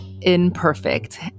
imperfect